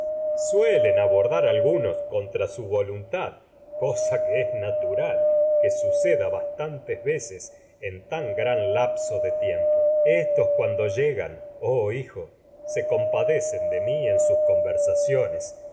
suelen abordar algunos contra su voluntad cosa que es natural de que suceda bastantes veces en tan gran lapso tiempo de mi éstos cuando llegan en sus oh hijo y se compade de cen conversaciones